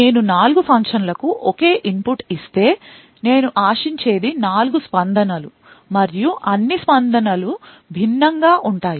నేను 4 ఫంక్షన్లకు ఒకే ఇన్పుట్ ఇస్తే నేను ఆశించేది 4 స్పందనలు మరియు అన్ని స్పందనలు భిన్నంగా ఉంటాయి